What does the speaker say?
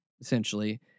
Essentially